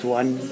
one